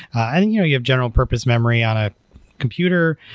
and you know you have general purpose memory on a computer,